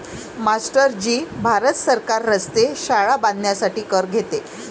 master ji Bharat सरकार रस्ते, शाळा बांधण्यासाठी कर घेते